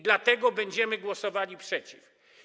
Dlatego będziemy głosowali przeciw.